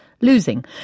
losing